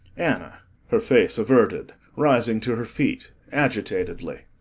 anna her face averted rising to her feet agitatedly.